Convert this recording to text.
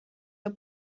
der